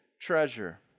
treasure